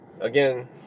again